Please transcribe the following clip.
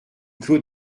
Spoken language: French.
clos